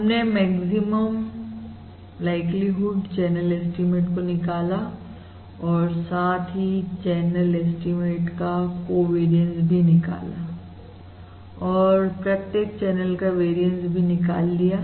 हमने maximum likelihood channel estimate को निकाला और साथ ही चैनल एस्टीमेट का कोवेरियंस भी निकाला और प्रत्येक चैनल का वेरियंस भी निकाल लिया